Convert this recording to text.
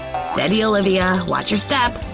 steady, olivia! watch your step!